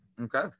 Okay